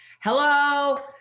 Hello